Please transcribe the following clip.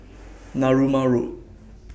Narooma Road